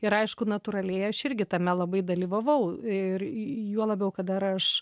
ir aišku natūraliai aš irgi tame labai dalyvavau ir juo labiau kad dar aš